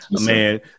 Man